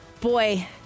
Boy